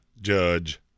judge